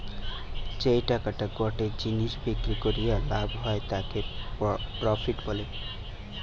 যেই টাকাটা গটে জিনিস বিক্রি করিয়া লাভ হয় তাকে প্রফিট বলে